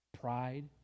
pride